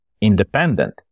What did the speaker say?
independent